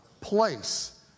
place